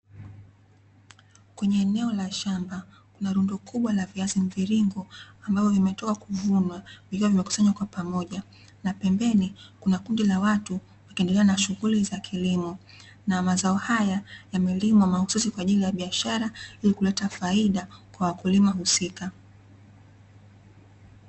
Kwenye eneo la shamba kuna rundo kubwa la viazi mviringo ambavyo vimetoka kuvunwa, vikiwa vimekusanywa kwa pamoja na pembeni kuna kundi la watu wakiendelea na shuguli za kilimo, na mazao haya yamelimwa mahususi kwaajili ya biashara ili kuleta faida kwa wakulima husika.